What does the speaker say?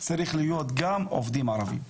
צריך להיות גם עובדים ערבים.